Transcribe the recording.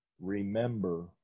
Remember